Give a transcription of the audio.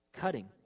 cutting